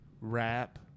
rap